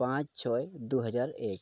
ᱯᱟᱸᱪ ᱪᱷᱚᱭ ᱫᱩᱦᱟᱡᱟᱨ ᱮᱹᱠ